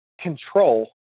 control